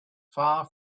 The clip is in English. far